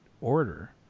order